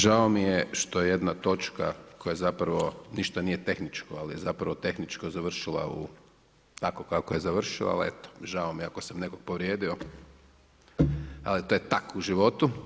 Žao mi je što je jedna točka koja zapravo ništa nije tehničko ali je zapravo tehničko završila tako kako je završila, ali eto, žao mi je ako sam nekog povrijedio, ali to je tako u životu.